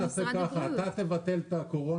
בואו נעשה כך: אתה תבטל את הקורונה